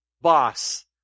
boss